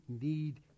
need